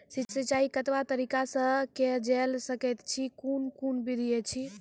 सिंचाई कतवा तरीका सअ के जेल सकैत छी, कून कून विधि ऐछि?